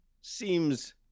Seems